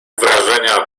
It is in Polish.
wrażenia